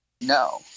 No